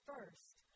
First